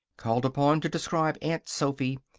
called upon to describe aunt sophy,